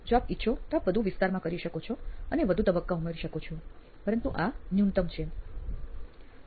જો આપ ઇચ્છો તો આપ વધુ વિસ્તારમાં કરી શકો છો અને વધુ તબક્કા ઉમેરી શકો છો પરંતુ આ ન્યુનત્તમ છે